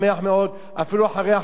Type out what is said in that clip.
אין לי בעיה עם זה.